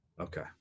Okay